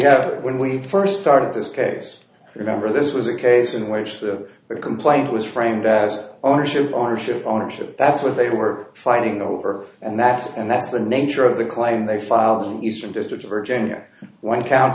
have when we first started this case remember this was a case in which the complaint was framed as ownership ownership ownership that's what they were fighting over and that's and that's the nature of the claim they file eastern district of virginia one count